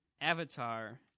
Avatar